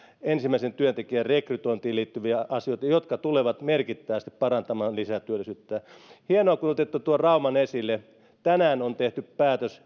ensimmäisen työntekijän rekrytointiin liittyviä asioita jotka tulevat merkittävästi parantamaan lisätyöllisyyttä hienoa kun otitte tuon rauman esille tänään on hallituksessa tehty päätös